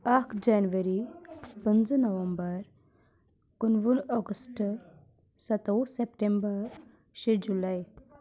اکھ جنؤری پٕنٛژٕ نومبر کُنوُہ اگسٹہٕ سَتووُہ سپٹمبر شیٚے جُلاے